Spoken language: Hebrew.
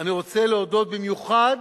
אני רוצה להודות במיוחד,